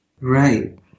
Right